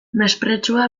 mespretxua